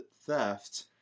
theft